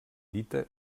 dita